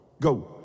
go